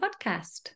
podcast